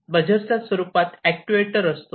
त्यानंतर बझरच्या स्वरूपात अक्टुएटर असतो